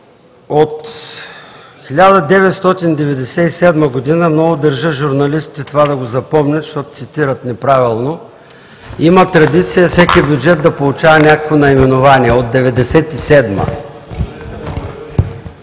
От 1997 г. – много държа журналистите това да го запомнят, защото цитират неправилно, има традиция всеки бюджет да получава някакво наименование. От 1997 г.! Да,